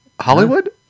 hollywood